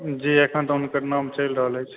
जी अखन तऽ हुनकर नाम चलि रहल अछि